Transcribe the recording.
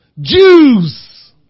Jews